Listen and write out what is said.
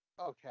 Okay